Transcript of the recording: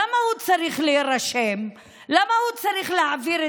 למה הוא צריך להירשם?